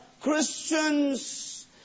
Christians